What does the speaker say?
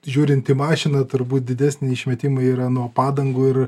žiūrint į mašiną turbūt didesni išmetimai yra nuo padangų ir